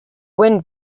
wind